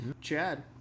chad